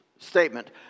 Statement